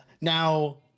now